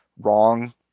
wrong